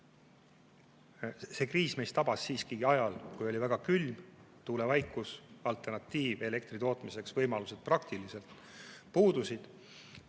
see kriis meid tabas siiski ajal, kui oli väga külm, tuulevaikus, alternatiivelektri tootmiseks võimalused peaaegu puudusid.